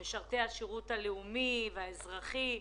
של משרתי השירות הלאומי והאזרחי.